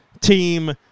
Team